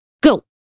Go